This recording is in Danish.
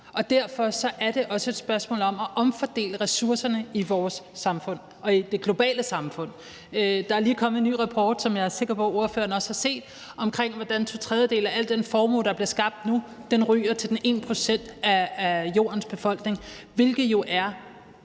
Derfor er det også et spørgsmål om at omfordele ressourcerne i vores samfund og i det globale samfund. Der er lige kommet en ny rapport, som jeg er sikker på at ordføreren også har set, om, hvordan to tredjedele af al den formue, der bliver skabt nu, ryger til den ene procent af jordens befolkning, hvilket jo –